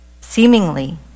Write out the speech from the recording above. seemingly